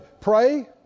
Pray